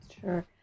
Sure